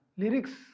lyrics